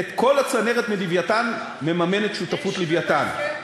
את כל הצנרת מ"לווייתן" מממנת שותפות "לווייתן".